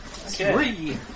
three